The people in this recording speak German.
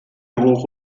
hoch